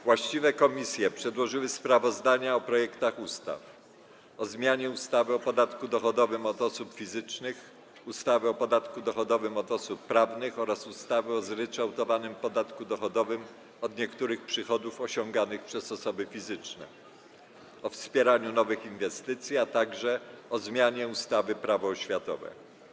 Właściwe komisje przedłożyły sprawozdania o projektach ustaw: - o zmianie ustawy o podatku dochodowym od osób fizycznych, ustawy o podatku dochodowym od osób prawnych oraz ustawy o zryczałtowanym podatku dochodowym od niektórych przychodów osiąganych przez osoby fizyczne, - o wspieraniu nowych inwestycji, - o zmianie ustawy Prawo oświatowe.